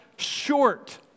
short